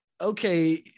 okay